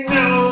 no